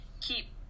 keep